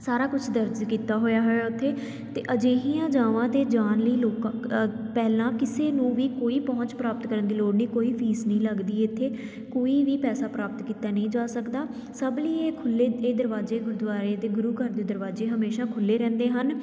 ਸਾਰਾ ਕੁਛ ਦਰਜ ਕੀਤਾ ਹੋਇਆ ਹੋਇਆ ਉੱਥੇ ਅਤੇ ਅਜਿਹੀਆਂ ਥਾਵਾਂ 'ਤੇ ਜਾਣ ਲਈ ਲੋਕਾਂ ਪਹਿਲਾਂ ਕਿਸੇ ਨੂੰ ਵੀ ਕੋਈ ਪਹੁੰਚ ਪ੍ਰਾਪਤ ਕਰਨ ਦੀ ਲੋੜ ਨਹੀਂ ਕੋਈ ਫੀਸ ਨਹੀਂ ਲੱਗਦੀ ਇੱਥੇ ਕੋਈ ਵੀ ਪੈਸਾ ਪ੍ਰਾਪਤ ਕੀਤਾ ਨਹੀਂ ਜਾ ਸਕਦਾ ਸਭ ਲਈ ਇਹ ਖੁੱਲ੍ਹੇ ਇਹ ਦਰਵਾਜ਼ੇ ਗੁਰਦੁਆਰੇ ਅਤੇ ਗੁਰੂ ਘਰ ਦੇ ਦਰਵਾਜ਼ੇ ਹਮੇਸ਼ਾ ਖੁੱਲ੍ਹੇ ਰਹਿੰਦੇ ਹਨ